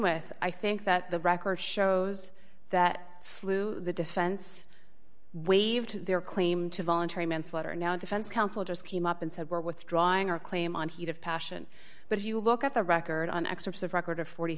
with i think that the record shows that slew the defense waived their claim to voluntary manslaughter and now a defense counsel just came up and said we're withdrawing our claim on heat of passion but if you look at the record on excerpts of record of forty